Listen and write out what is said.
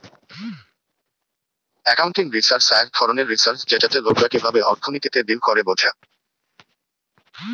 accounting research এক ধরণের research যেটাতে লোকরা কিভাবে অর্থনীতিতে ডিল করে বোঝা